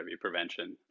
prevention